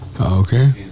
okay